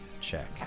Check